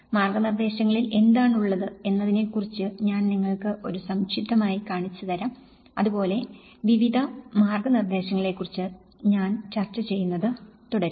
മാർഗ്ഗനിർദ്ദേശങ്ങളിൽ എന്താണുള്ളത് എന്നതിനെക്കുറിച്ച് ഞാൻ നിങ്ങൾക്ക് ഒരു സംക്ഷിപ്തമായി കാണിച്ചുതരാം അതുപോലെ വിവിധ മാർഗ്ഗനിർദ്ദേശങ്ങളെക്കുറിച്ച് ഞാൻ ചർച്ച ചെയ്യുന്നത് തുടരും